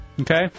okay